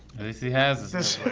at least he has a